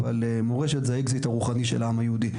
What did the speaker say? אבל מורשת זה האקזיט הרוחני של העם היהודי.